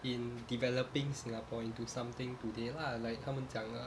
in developing singapore into something today lah like 他们讲了